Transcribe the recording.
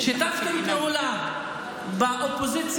שיתפתם פעולה באופוזיציה,